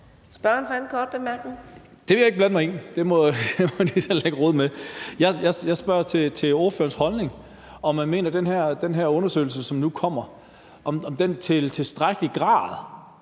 Lars Boje Mathiesen (UFG): Det vil jeg ikke blande mig i. Det må de selv ligge og rode med. Jeg spørger til ordførerens holdning, altså om man mener, at den her undersøgelse, som nu kommer, i tilstrækkelig grad